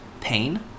pain